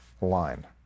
line